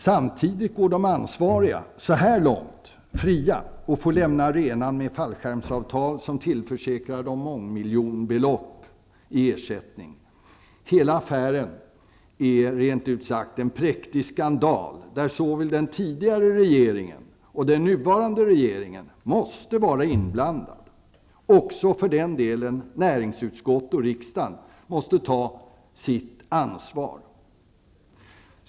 Samtidigt går de ansvariga så här långt fria och får lämna arenan med fallskärmsavtal som tillförsäkrar dem mångmiljonbelopp i ersättning. Hela affären är rent ut sagt en präktig skandal där såväl den tidigare regeringen som den nuvarande regeringen måste vara inblandade. Även näringsutskottet och riksdagen måste ta sitt ansvar.